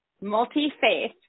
multi-faith